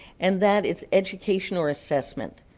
and that is education or assessment.